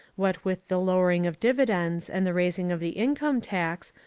what with the lowering of dividends and the raising of the income tax,